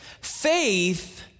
faith